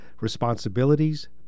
Responsibilities